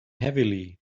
heavily